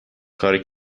کاری